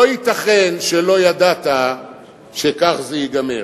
לא ייתכן שלא ידעת שכך זה ייגמר.